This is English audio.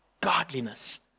godliness